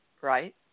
right